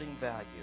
value